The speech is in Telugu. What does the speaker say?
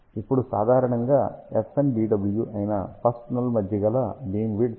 ఇప్పుడు సాధారణంగా FNBW అయిన ఫస్ట్ నల్ మధ్య గల బీమ్ విడ్త్ 2